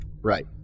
Right